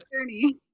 journey